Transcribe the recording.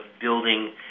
building